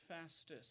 fastest